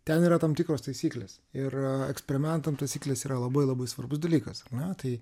ten yra tam tikros taisyklės ir eksperimentam taisyklės yra labai labai svarbus dalykas ar ne tai